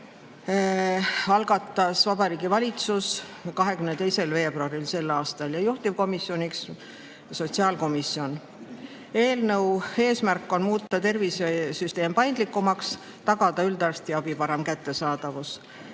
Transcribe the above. algatas Vabariigi Valitsus 22. veebruaril sel aastal ja juhtivkomisjoniks on sotsiaalkomisjon. Eelnõu eesmärk on muuta tervishoiusüsteem paindlikumaks ja tagada üldarstiabi parem kättesaadavus.